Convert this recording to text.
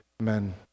Amen